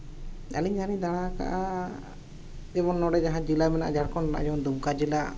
ᱟᱹᱞᱤᱧ ᱡᱟᱦᱟᱸ ᱞᱤᱧ ᱫᱟᱬᱟᱣᱠᱟᱜᱼᱟ ᱡᱮᱢᱚᱱ ᱱᱚᱰᱮ ᱡᱟᱦᱟᱸ ᱡᱮᱞᱟ ᱢᱮᱱᱟᱜᱼᱟ ᱡᱷᱟᱲᱠᱷᱚᱸᱰ ᱨᱮᱱᱟᱜ ᱡᱮᱢᱚᱱ ᱫᱩᱢᱠᱟ ᱡᱮᱞᱟ